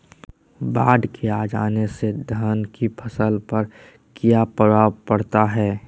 बाढ़ के आ जाने से धान की फसल पर किया प्रभाव पड़ता है?